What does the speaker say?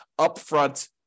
upfront